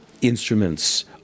instruments